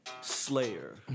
Slayer